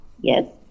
Yes